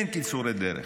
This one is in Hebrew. אין קיצורי דרך,